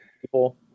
people